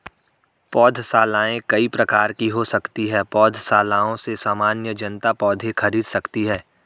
पौधशालाएँ कई प्रकार की हो सकती हैं पौधशालाओं से सामान्य जनता पौधे खरीद सकती है